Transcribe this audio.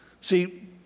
See